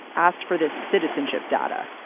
asked for this citizenship data,